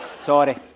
Sorry